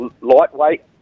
lightweight